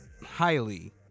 highly